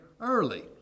early